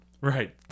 Right